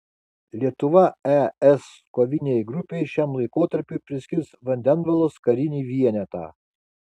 lietuva es kovinei grupei šiam laikotarpiui priskirs vandenvalos karinį vienetą